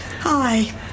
Hi